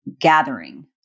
gathering